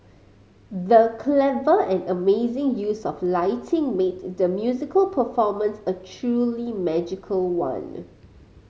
the clever and amazing use of lighting made the musical performance a truly magical one